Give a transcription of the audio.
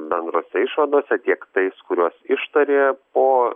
bendrose išvadose tiek tais kuriuos ištarė po